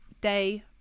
day